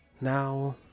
Now